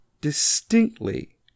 distinctly